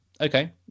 Okay